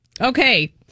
Okay